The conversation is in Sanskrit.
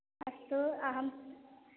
अस्तु अहम्